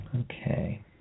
Okay